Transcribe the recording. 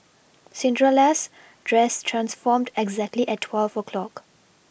dress transformed exactly at twelve o' clock